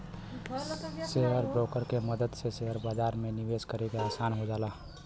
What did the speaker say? share broker के मदद से शेयर बाजार में निवेश करे आसान हो जाला